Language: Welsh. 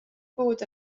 bod